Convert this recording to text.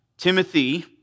Timothy